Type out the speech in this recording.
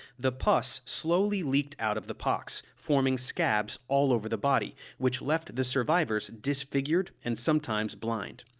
the pus slowly leaked out of the pocks, forming scabs all over the body, which left the survivors disfigured and sometimes blind.